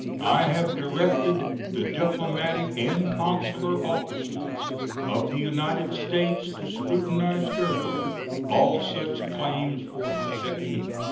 i have directed the diplomatic and consular officers of the united states to scrutinize carefully all such claims for protection.